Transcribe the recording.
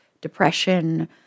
depression